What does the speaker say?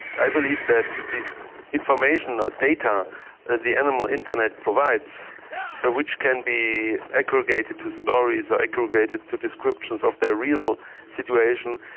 i believe that this information or data that the animal internet provides ah which can be aggregated to stories or aggregated to descriptions of their real situation,